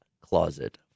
closet